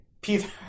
Peter